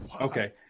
okay